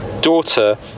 daughter